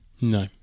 No